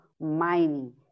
mining